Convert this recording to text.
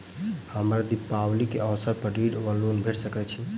हमरा दिपावली केँ अवसर पर ऋण वा लोन भेट सकैत अछि?